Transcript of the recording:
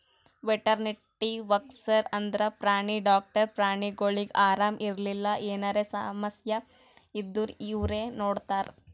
veterinary workers ಅಂದ್ರ ಪ್ರಾಣಿ doctors ಪ್ರಾಣಿಗೊಳಿಗ್ ಆರಾಮ್ ಇರ್ಲಿಲ್ಲ ಎನರೆ ಸಮಸ್ಯ ಇದ್ದೂರ್ ಇವ್ರೇ ನೋಡ್ತಾರ್